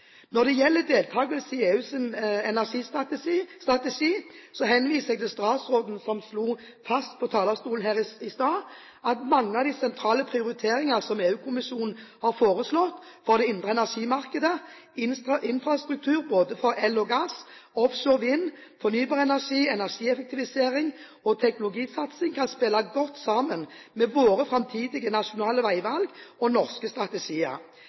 Når det gjelder deltakelse i EUs energistrategi, henviser jeg til statsråden som slo fast fra talerstolen her i stad, at mange av de sentrale prioriteringer som EU-kommisjonen har foreslått for det indre energimarkedet, infrastruktur både for el og gass, offshore vind, fornybar energi, energieffektivisering og teknologisatsing, kan spille godt sammen med våre framtidige nasjonale veivalg og norske strategier.